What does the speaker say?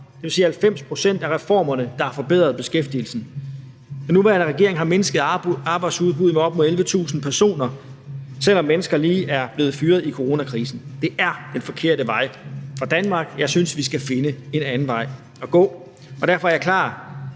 dvs. 90 pct. af reformerne, der har forbedret beskæftigelsen. Den nuværende regering har mindsket arbejdsudbuddet med op mod 11.000 personer, selv om mennesker lige er blevet fyret i coronakrisen. Det er den forkerte vej for Danmark. Jeg synes, vi skal finde en anden vej at gå, og derfor er jeg klar